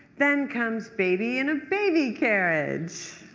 then comes baby in a baby carriage.